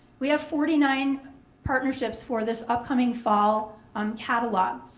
we have forty nine partnerships for this upcoming fall um catalog.